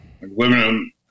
living